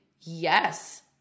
Yes